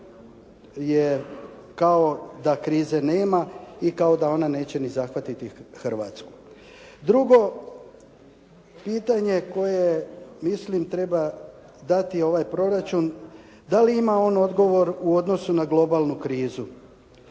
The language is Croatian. je kao da krize nema i kao da ona neće ni zahvatiti Hrvatsku. Drugo pitanje koje mislim treba dati ovaj proračun da li ima on odgovor u odnosu na globalnu krizu.